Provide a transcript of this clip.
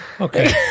Okay